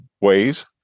ways